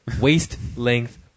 Waist-length